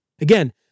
Again